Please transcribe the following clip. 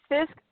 Fisk